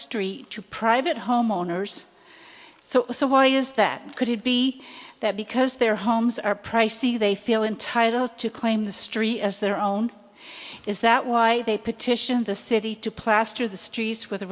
street to private homeowners so why is that could it be that because their homes are pricey they feel entitled to claim the street as their own is that why they petitioned the city to plaster the streets with